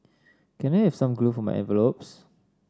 can I have some glue for my envelopes